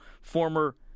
former